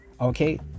Okay